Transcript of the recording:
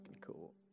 cool